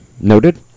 Noted